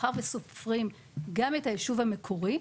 מאחר וסופרים גם את היישוב המקורי,